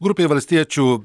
grupė valstiečių